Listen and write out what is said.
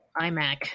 iMac